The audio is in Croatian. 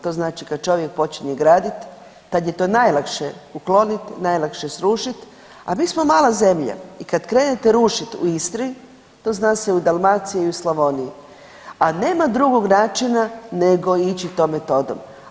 To znači kad čovjek počinje gradit, tad je to najlakše uklonit, najlakše srušit, a mi smo mala zemlja i kad krenete rušit u Istri to zna se i u Dalmaciji i u Slavoniji, a nema drugog načina nego ići tom metodom.